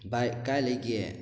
ꯕꯥꯏ ꯀꯥꯏ ꯂꯩꯒꯦ